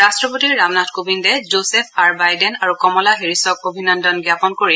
ৰট্টপতি ৰামনাথ কোবিন্দে Joseph R Biden আৰু কমলা হেৰিচক অভিনন্দন জ্ঞাপন কৰিছে